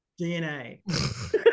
DNA